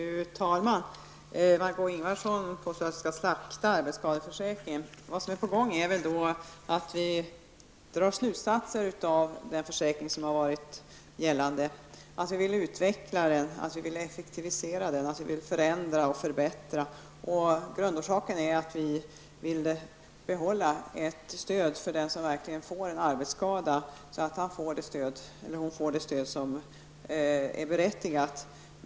Fru talman! Margó Ingvardsson påstår att vi skall slakta arbetsskadeförsäkringen. Det som är på gång är att vi drar slutsatser de erfarenheter som vi har fått av den försäkring som har varit gällande. Vi vill utveckla den, effektivisera den, förändra och förbättra den. Grundorsaken är att vi vill behålla ett stöd för den som verkligen får en arbetsskada, så att han eller hon får det stöd som är berättigat.